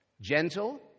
Gentle